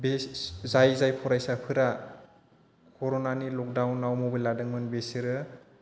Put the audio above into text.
बि जाय जाय फरायसाफोरा कर'नानि लकडाउनाव मबाइल लादोंमोन बिसोरो